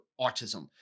autism